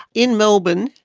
in melbourne,